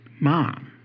mom